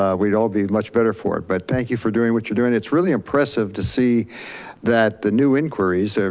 ah we'd all be much better for it. but thank you for doing what you're doing. it's really impressive to see that the new inquiries, ah